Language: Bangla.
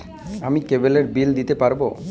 আমি কেবলের বিল দিতে পারবো?